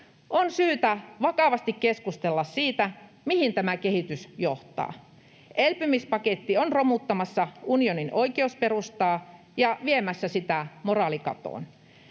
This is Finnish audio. On syytä vakavasti keskustella siitä, mihin tämä kehitys johtaa. Elpymispaketti on romuttamassa unionin oikeusperustaa ja viemässä sitä moraalikatoon.